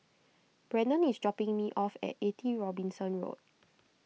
Brannon is dropping me off at eighty Robinson Road